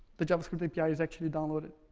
the javascript api is actually downloaded.